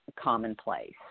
commonplace